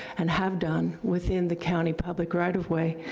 and have done within the county public right of way.